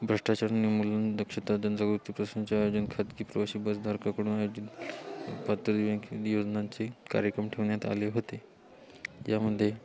भ्रष्टाचार निर्मूलन दक्षता जनजागृत्ती प्रश्नांचे आयोजन प्रवासी बसधारकाकडून आयोजित योजनांचे कार्यक्रम ठेवण्यात आले होते यामध्ये